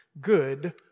good